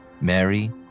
Mary